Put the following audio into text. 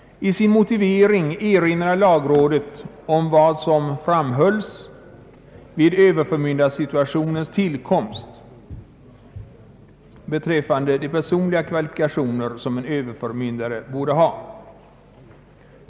I sin motivering erinrar lagrådet om vad som framhölls vid överförmyndarinstitutionens tillkomst beträffande de personliga kvalifikationer som en överförmyndare borde ha.